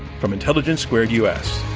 from intelligence squared u. s.